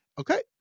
Okay